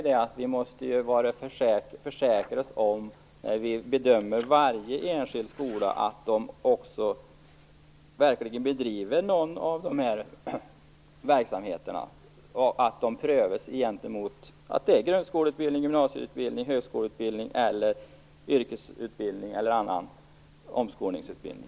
Men min poäng är att när vi bedömer varje enskild skola måste vi försäkra oss om de verkligen bedriver någon av dessa verksamheter och att det prövas om det är grundskoleutbildning, gymnasieutbildning, högskoleutbildning, yrkesutbildning eller annan omskolningsutbildning.